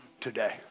today